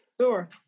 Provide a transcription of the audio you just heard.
Sure